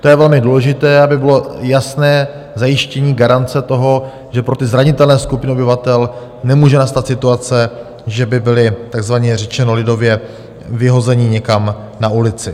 To je velmi důležité, aby bylo jasné zajištění garance toho, že pro zranitelné skupiny obyvatel nemůže nastat situace, že by byly takzvaně, řečeno lidově, vyhozeny někam na ulici.